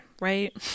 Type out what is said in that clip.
Right